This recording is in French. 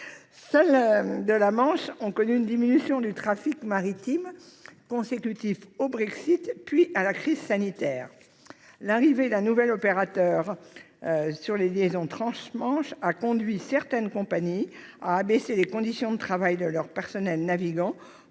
Celles de la Manche ont connu une diminution du trafic maritime consécutive au Brexit, puis à la crise sanitaire. L'arrivée d'un nouvel opérateur sur les liaisons transmanche a conduit certaines compagnies à abaisser les conditions de travail de leur personnel navigant